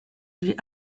vie